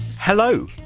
Hello